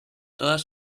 todas